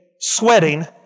sweating